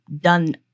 done